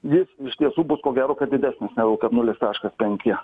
jis iš tiesų bus ko gero kad didesnis negu nulis taškas penki